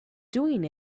doing